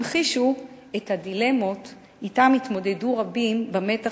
המחישו את הדילמות שאתן התמודדו רבים במתח